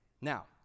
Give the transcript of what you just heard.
Now